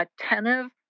attentive